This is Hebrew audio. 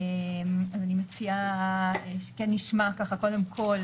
אז אני מציעה שנשמע קודם כול